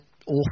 awful